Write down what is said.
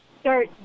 start